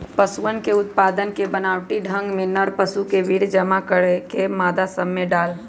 पशुअन के उत्पादन के बनावटी ढंग में नर पशु के वीर्य जमा करके मादा सब में डाल्ल